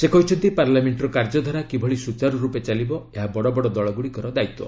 ସେ କହିଛନ୍ତି ପାର୍ଲାମେଣ୍ଟର କାର୍ଯ୍ୟଧାରା କିଭଳି ସୁଚାରୁ ରୂପେ ଚାଲିବ ଏହା ବଡ଼ ବଡ଼ ଦଳଗୁଡ଼ିକର ଦାୟତ୍ୱ